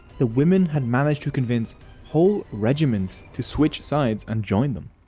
the women had managed to convince whole regiments to switch sides and join them.